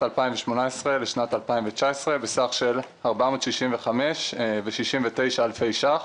2018 לשנת 2019 בסך של 465,069,000 שקלים.